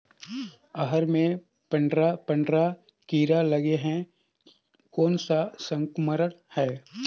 अरहर मे पंडरा पंडरा कीरा लगे हे कौन सा संक्रमण हे?